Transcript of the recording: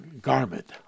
garment